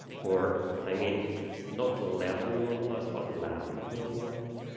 or i mean not level normalized but loudness normalized.